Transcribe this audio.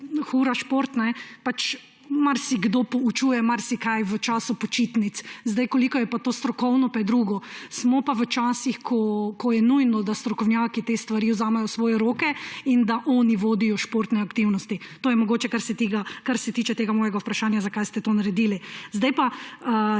Hura, šport marsikdo poučuje marsikaj v času počitnic, koliko je pa to strokovno, je pa drugo. Smo pa v časih, ko je nujno, da strokovnjaki te stvari vzamejo v svoje roke in da oni vodijo športne aktivnosti. To je mogoče, kar se tiče tega mojega vprašanja, zakaj ste to naredili. Zdaj pa